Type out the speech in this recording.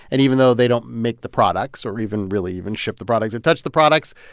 and even though they don't make the products or even really even ship the products or touch the products,